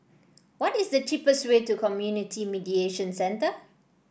what is the cheapest way to Community Mediation Centre